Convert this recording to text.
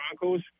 Broncos